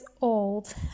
old